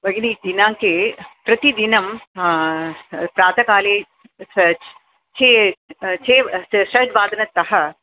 भगिनि दिनाङ्के प्रतिदिनं प्रातःकाले च चे चे षड्वादनतः